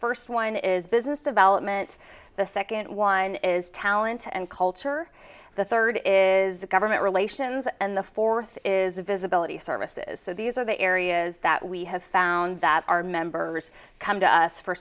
first one is business development the second one is talent and culture the third is the government relations and the fourth is visibility of services so these are the areas that we have found that our members come to us for